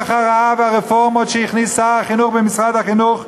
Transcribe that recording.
הרעה והרפורמות שהכניס שר החינוך במשרד החינוך,